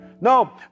No